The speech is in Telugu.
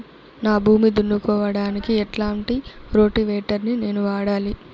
నా భూమి దున్నుకోవడానికి ఎట్లాంటి రోటివేటర్ ని నేను వాడాలి?